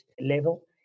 level